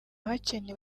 hakenewe